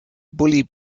bully